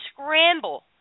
scramble